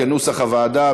כנוסח הוועדה.